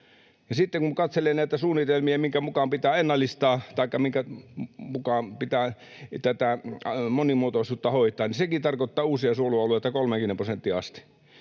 Sitten kun katselen näitä suunnitelmia, joiden mukaan pitää ennallistaa taikka joiden mukaan pitää tätä monimuotoisuutta hoitaa, niin sekin tarkoittaa uusia suojelualueita 30 prosenttiin asti.